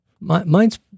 Mine's